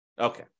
Okay